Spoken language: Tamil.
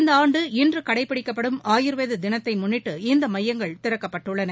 இந்த ஆண்டு இன்று கடைபிடிக்கப்படும் ஆயுர்வேத தினத்தை முன்னிட்டு இந்த மையங்கள் திறக்கப்பட்டுள்ளன